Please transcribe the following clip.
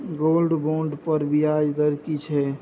Gold bond पर ब्याज दर की छै?